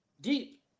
deep